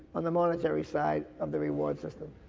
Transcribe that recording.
on the monetary side of the reward system.